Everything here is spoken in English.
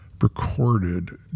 recorded